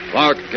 Clark